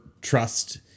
trust